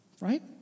Right